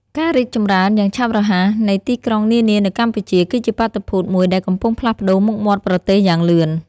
ការរីកចម្រើនយ៉ាងឆាប់រហ័សនៃទីក្រុងនានានៅកម្ពុជា គឺជាបាតុភូតមួយដែលកំពុងផ្លាស់ប្ដូរមុខមាត់ប្រទេសយ៉ាងលឿន។